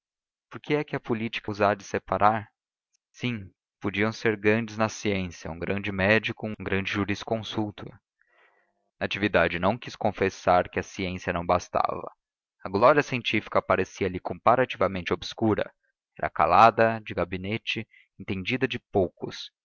por que é que a política os há de separar sim podiam ser grandes na ciência um grande médico um grande jurisconsulto natividade não quis confessar que a ciência não bastava a glória científica parecia-lhe comparativamente obscura era calada de gabinete entendida de poucos